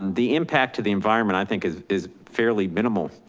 um the impact to the environment i think is is fairly minimal.